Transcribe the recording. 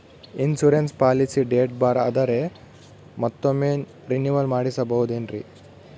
Insurance policy date ಬಾರ್ ಆದರೆ ಮತ್ತೊಮ್ಮೆ ರಿನಿವಲ್ ಮಾಡಿಸಬಹುದೇ ಏನ್ರಿ?